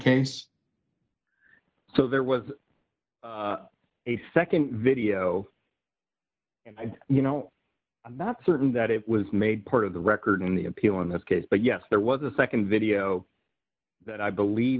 case so there was a nd video and you know i'm not certain that it was made part of the record in the appeal in this case but yes there was a nd video that i believe